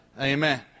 Amen